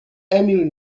emil